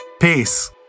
Peace